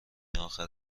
آخر